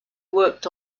worked